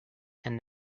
and